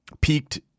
peaked